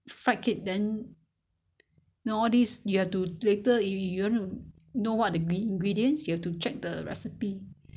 网络啊你去找 lor 那些那些他的他的食谱去找那些食谱然后你就去看怎样煮不是那么简单的